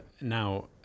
now